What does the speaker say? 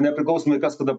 nepriklausomai kas tada